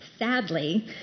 Sadly